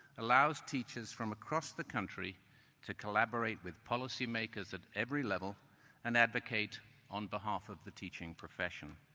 allows teachers from across the country to collaborate with policymakers at every level and advocate on behalf of the teaching profession.